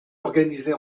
organisés